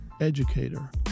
educator